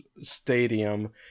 stadium